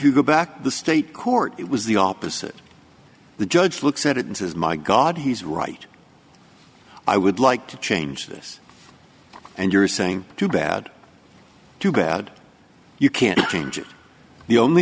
you go back to the state court it was the opposite the judge looks at it and says my god he's right i would like to change this and you're saying too bad too bad you can't change it the only